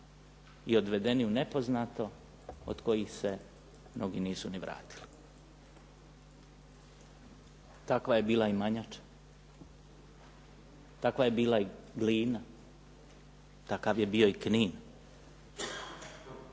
i odvedeni u nepoznato od kojih se mnogi nisu ni vratili. Takva je bila i Manjača, takva je bila i Glina, takav je bio i Knin.